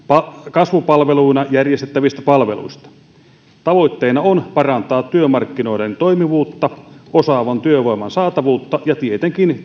kasvupalveluina järjestettävistä palveluista tavoitteena on parantaa työmarkkinoiden toimivuutta osaavan työvoiman saatavuutta ja tietenkin